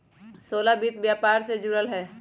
सोहेल वित्त व्यापार से जुरल हए